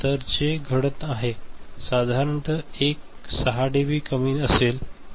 तर जे घडत आहे साधारणतः एक 6 डीबी कमी असेल